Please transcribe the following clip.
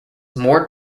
more